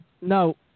No